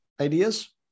ideas